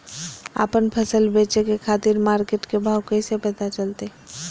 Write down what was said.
आपन फसल बेचे के खातिर मार्केट के भाव कैसे पता चलतय?